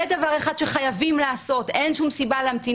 זה דבר אחד שחייבים לעשות ואין שום סיבה להמתין